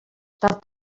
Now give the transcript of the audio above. tard